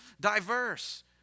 diverse